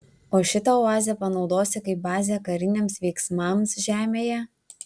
o šitą oazę panaudosi kaip bazę kariniams veiksmams žemėje